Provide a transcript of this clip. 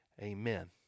Amen